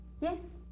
Yes